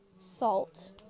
salt